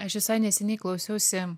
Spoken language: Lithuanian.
aš visai neseniai klausiausi